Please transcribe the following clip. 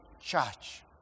church